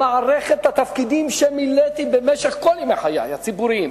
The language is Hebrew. במסגרת התפקידים שמילאתי במשך כל ימי חיי הציבוריים